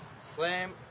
slam